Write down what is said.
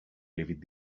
livid